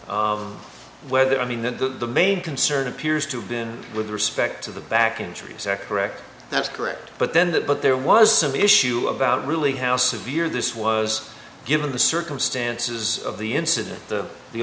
of whether i mean that the main concern appears to have been with respect to the back injuries are correct that's correct but then that but there was some issue about really how severe this was given the circumstances of the incident the the